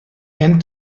and